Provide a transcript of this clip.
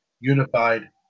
Unified